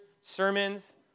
sermons